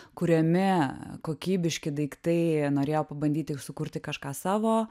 kuriami kokybiški daiktai norėjo pabandyti sukurti kažką savo